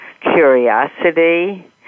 curiosity